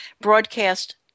broadcast –